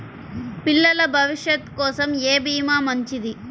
పిల్లల భవిష్యత్ కోసం ఏ భీమా మంచిది?